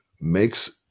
makes